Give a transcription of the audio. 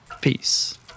peace